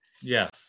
Yes